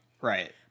Right